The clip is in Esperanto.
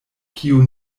kiu